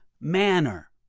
manner